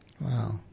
Wow